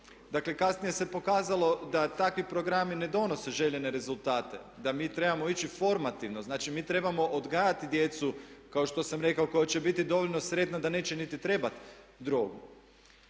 Dakle, kasnije se pokazalo da takvi programi ne donose željene rezultate, da mi trebamo ići formativno. Znači, mi trebamo odgajati djecu kao što sam rekao koja će biti dovoljno sretna da neće niti trebati drogu.